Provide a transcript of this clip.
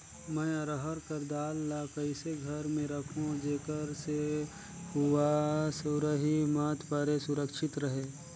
मैं अरहर कर दाल ला कइसे घर मे रखों जेकर से हुंआ सुरही मत परे सुरक्षित रहे?